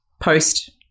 post